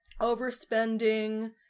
overspending